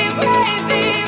crazy